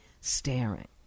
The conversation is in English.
staring